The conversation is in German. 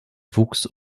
wuchs